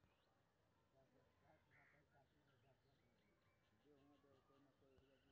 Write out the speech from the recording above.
गैर बैकिंग में अपन पैसा सुरक्षित रहैत कि नहिं?